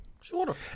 Sure